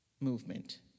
movement